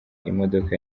imodoka